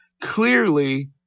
clearly